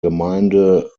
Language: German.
gemeinde